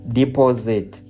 deposit